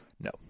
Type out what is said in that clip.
No